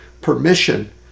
permission